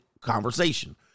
conversation